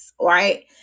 right